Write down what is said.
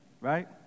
right